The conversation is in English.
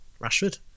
Rashford